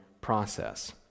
process